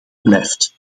blijft